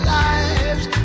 lives